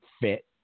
fit